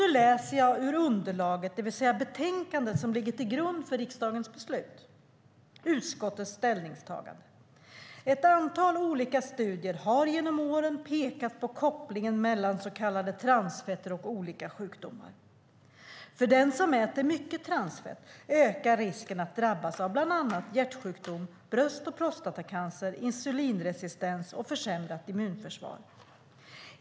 Nu läser jag ur underlaget, det vill säga betänkandet, som ligger till grund för riksdagens beslut, under rubriken "Utskottets ställningstagande": "Ett antal olika studier har genom åren pekat på kopplingen mellan s.k. transfetter och olika sjukdomar. För den som äter mycket transfetter ökar risken att drabbas av bl.a. hjärtsjukdom, bröst och prostatacancer, insulinresistens och försämrat immunförsvar.